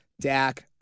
Dak